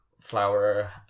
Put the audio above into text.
flower